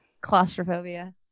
claustrophobia